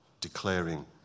declaring